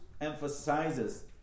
emphasizes